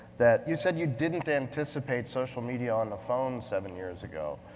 that you said you didn't anticipate social media on the phones seven years ago,